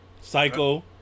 Psycho